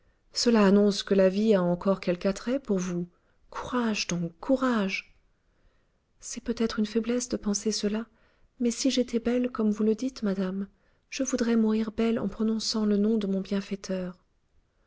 cela annonce que la vie a encore quelque attrait pour vous courage donc courage c'est peut-être une faiblesse de penser cela mais si j'étais belle comme vous le dites madame je voudrais mourir belle en prononçant le nom de mon bienfaiteur